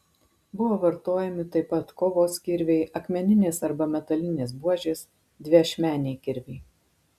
buvo vartojami taip pat kovos kirviai akmeninės arba metalinės buožės dviašmeniai kirviai